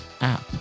app